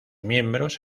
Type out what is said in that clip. miembros